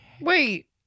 Wait